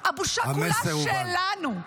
הבושה כולה שלנו.